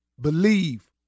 Believe